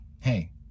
hey